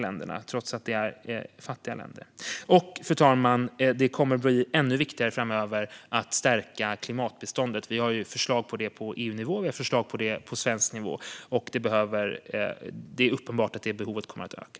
Fru talman! Det kommer att bli ännu viktigare framöver att stärka klimatbiståndet. Vi har förslag för det på EU-nivå och på svensk nivå. Det är uppenbart att detta behov kommer att öka.